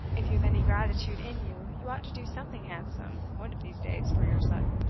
if you have any gratitude in you, you ought to do something handsome, one of these days, for your son.